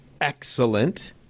excellent